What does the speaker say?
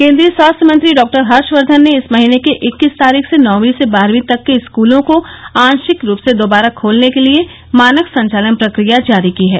केन्द्रीय स्वास्थ्य मंत्री डॉक्टर हर्षवर्धन ने इस महीने की इक्कीस तारीख से नौवीं से बारहवीं तक के स्क्लों को आंशिक रूप से दोबारा खोलने के लिए मानक संचालन प्रक्रिया जारी की है